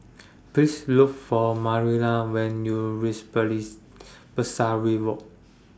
Please Look For Marilla when YOU REACH Pesari Walk